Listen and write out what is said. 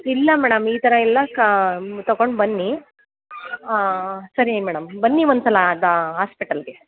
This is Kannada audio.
ಇಲ್ಲ ಮೇಡಮ್ ಈ ಥರ ಎಲ್ಲ ಕಾ ತಗೊಂಡು ಬನ್ನಿ ಸರಿ ಮೇಡಮ್ ಬನ್ನಿ ಒಂದುಸಲ ಆಸ್ಪೆಟಲಿಗೆ